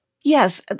Yes